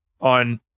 on